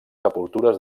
sepultures